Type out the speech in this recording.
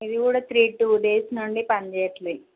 ఇది కూడా three two days నుండి పనిచేయట్లేదు